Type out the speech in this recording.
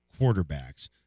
quarterbacks